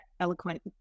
eloquent